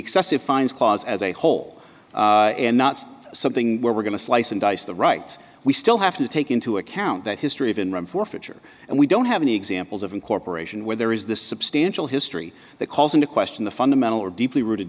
excessive fines clause as a whole and not something where we're going to slice and dice the right we still have to take into account that history even room for future and we don't have any examples of incorporation where there is this substantial history that calls into question the fundamental or deeply rooted